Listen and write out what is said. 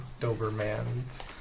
Dobermans